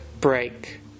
break